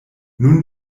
nun